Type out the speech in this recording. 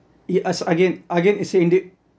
yeah as again again it's in the